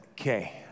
okay